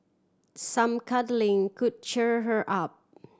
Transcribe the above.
some cuddling could cheer her up